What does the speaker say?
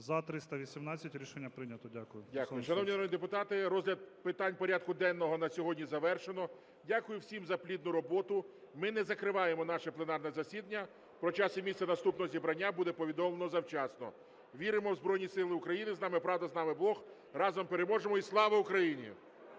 ГОЛОВУЮЧИЙ. Шановні народні депутати, розгляд питань порядку денного на сьогодні завершено. Дякую всім за плідну роботу. Ми не закриваємо наше пленарне засідання. Про час і місце наступного зібрання буде повідомлено завчасно. Віримо у Збройні Сили України. З нами правда, з нами Бог. Разом переможемо. І Слава Україні!